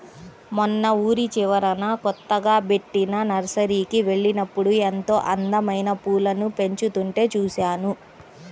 మొన్న ఊరి చివరన కొత్తగా బెట్టిన నర్సరీకి వెళ్ళినప్పుడు ఎంతో అందమైన పూలను పెంచుతుంటే చూశాను